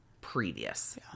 previous